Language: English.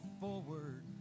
forward